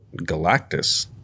Galactus